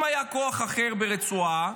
אם היה כוח אחר ברצועה,